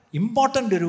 important